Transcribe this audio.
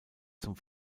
zum